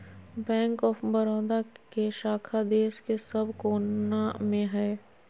bank of Baroda के शाखा देश के सब कोना मे हय